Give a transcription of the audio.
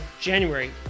January